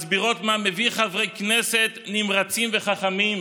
הן מסבירות מה מביא חברי כנסת נמרצים וחכמים,